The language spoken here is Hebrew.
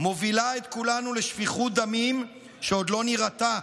מובילה את כולנו לשפיכות דמים שעוד לא נראתה.